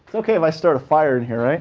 okay if i start a fire in here, right?